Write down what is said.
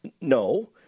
No